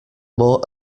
more